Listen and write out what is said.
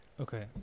Okay